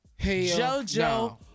JoJo